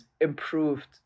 improved